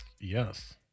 Yes